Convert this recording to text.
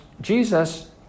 Jesus